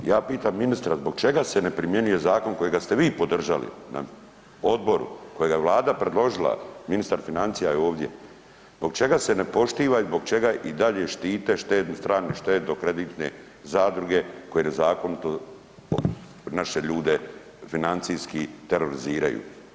Ja pitam ministra zbog čega se ne primjenjuje zakon kojega ste vi podržali na odboru, kojega je Vlada predložila, ministar financija je ovdje, zbog čega se ne poštiva i zbog i dalje štite strane štedno kreditne zadruge koje nezakonito naše ljude financijski teroriziraju.